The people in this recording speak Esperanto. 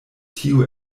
tio